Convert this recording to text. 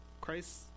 Christ